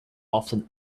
often